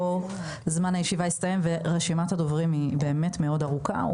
זמן הישיבה הסתיים והייתה כאן רשימת דוברים באמת מאוד ארוכה.